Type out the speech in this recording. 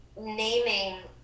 naming